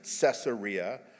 Caesarea